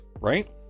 right